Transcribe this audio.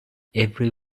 every